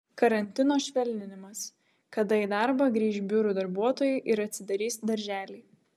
karantino švelninimas kada į darbą grįš biurų darbuotojai ir atsidarys darželiai